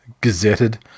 gazetted